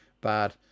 bad